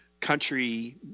country